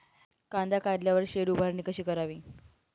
कांदा काढल्यावर शेड उभारणी कशी करावी?